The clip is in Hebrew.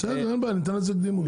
בסדר, ניתן לזה קדימות.